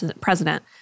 president